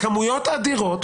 כמויות אדירות.